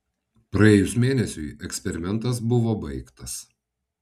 praėjus mėnesiui eksperimentas buvo baigtas